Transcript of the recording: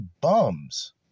bums